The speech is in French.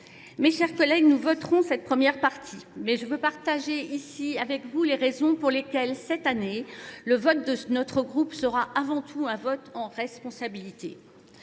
Mes chers collègues, nous voterons cette première partie, mais je veux partager ici avec vous les raisons pour lesquelles cette année, le vote de notre groupe sera avant tout un vote en responsabilité.